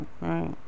right